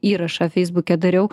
įrašą feisbuke dariau